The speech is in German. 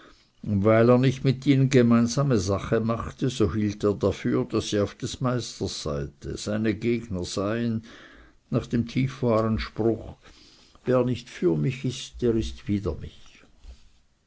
weil er nicht mit ihnen gemeinsame sache machte so hielt er dafür daß sie auf des meisters seite seine gegner seien nach dem tiefwahren spruch wer nicht für mich ist der ist wider mich